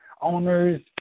Owners